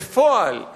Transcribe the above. בפועל,